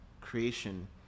creation